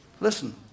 Listen